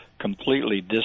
completely